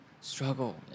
Struggle